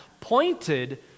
pointed